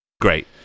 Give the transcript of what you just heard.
Great